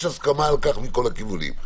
יש הסכמה על כך מכול הכיוונים.